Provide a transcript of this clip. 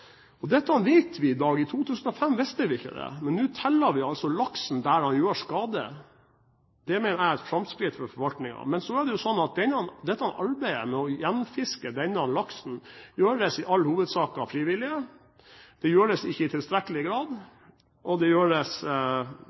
Dette vet vi i dag. I 2005 visste vi ikke det. Men nå teller vi altså laksen der den gjør skade. Det mener jeg er et framskritt for forvaltningen. Dette arbeidet med å gjenfiske laksen gjøres i all hovedsak av frivillige. Det gjøres ikke i tilstrekkelig grad, og det